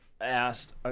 asked